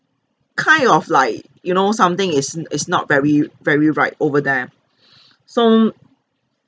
kind of like you know something isn't is not very very right over there so